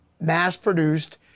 mass-produced